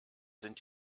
sind